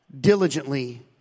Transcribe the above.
diligently